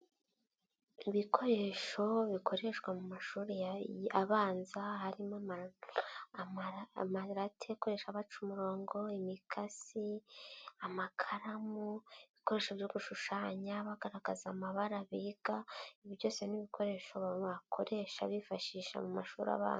Ibikoresho bikoreshwa mu mashuri abanza, harimo amarate akoreshwa baca umurongo imikasi, amakaramu, ibikoresho byo gushushanya bagaragaza amabara biga, ibi byose n'ibikoresho babakoresha bifashisha mu mashuri abanza.